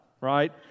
right